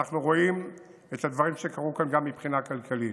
ואנחנו רואים את הדברים שקרו כאן גם מבחינה כלכלית,